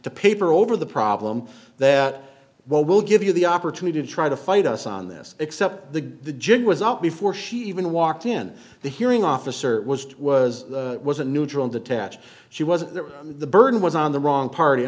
to paper over the problem that well we'll give you the opportunity to try to fight us on this except the the judge was out before she even walked in the hearing officer was was was a neutral detached she wasn't there the burden was on the wrong party i